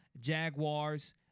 Jaguars